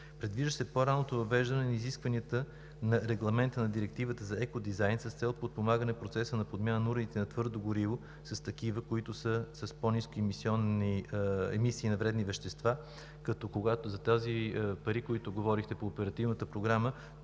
Предвижда се по-ранното въвеждане на изискванията на Регламента, на Директивата за екодизайн с цел подпомагане на процеса на подмяна на уредите за твърдо гориво с такива, които са с по-ниски емисии на вредни вещества, като за тези пари, за които говорихте по Оперативната програма,